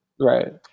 Right